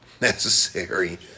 necessary